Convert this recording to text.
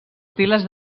piles